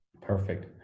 Perfect